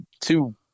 two